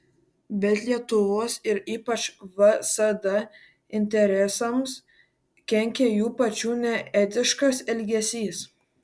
bet lietuvos ir ypač vsd interesams kenkia jų pačių neetiškas elgesys